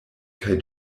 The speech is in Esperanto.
kaj